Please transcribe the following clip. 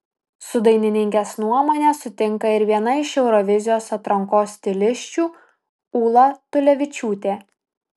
su dainininkės nuomone sutinka ir viena iš eurovizijos atrankos stilisčių ūla tulevičiūtė